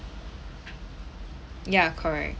ya correct